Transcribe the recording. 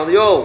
yo